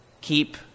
keep